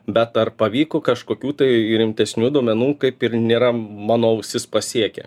bet ar pavyko kažkokių tai rimtesnių duomenų kaip ir nėra mano ausis pasiekę